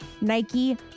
Nike